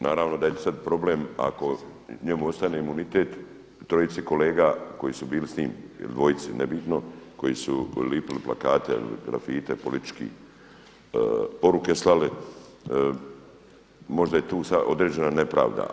Naravno da je sada problem ako njemu ostane imunitet trojici kolega koji su bili s njim ili dvojici, nije bitno, koji su lipili plakate ili grafite političke poruke slali možda je tu sada određene nepravda.